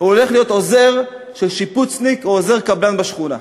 והוא הולך להיות עוזר של שיפוצניק או עוזר קבלן בשכונה.